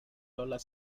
dollar